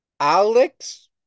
Alex